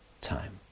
time